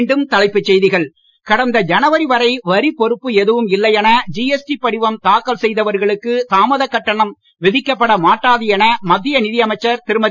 மீண்டும் தலைப்புச் செய்திகள் கடந்த ஜனவரி வரை வரிப் பொறுப்பு எதுவும் இல்லை என ஜிஎஸ்டி படிவம் தாக்கல் செய்தவர்களுக்கு தாமதக் கட்டணம் விதிக்கப்பட மாட்டாது என மத்திய நிதி அமைச்சர் திருமதி